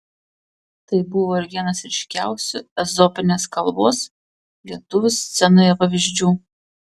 tai buvo ir vienas ryškiausių ezopinės kalbos lietuvių scenoje pavyzdžių